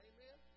Amen